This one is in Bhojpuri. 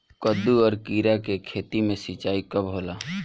कदु और किरा के खेती में सिंचाई कब होला?